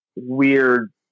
weird